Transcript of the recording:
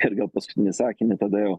kad paskutinį sakinį tada jau